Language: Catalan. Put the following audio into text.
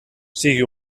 sigui